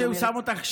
זה די מעליב.